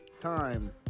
Time